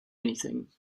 anything